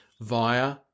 via